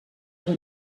oder